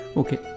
okay